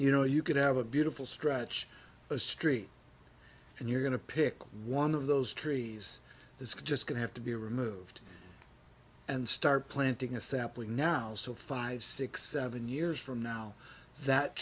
you know you could have a beautiful stretch a street and you're going to pick one of those trees is just going to have to be removed and start planting a sapling now so five six seven years from now that